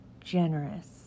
Generous